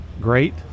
great